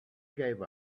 gave